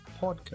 podcast